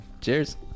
Cheers